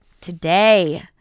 Today